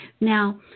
Now